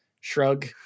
shrug